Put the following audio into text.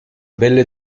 belle